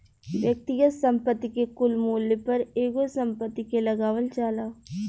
व्यक्तिगत संपत्ति के कुल मूल्य पर एगो संपत्ति के लगावल जाला